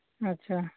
ᱟᱪᱪᱷᱟ